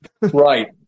Right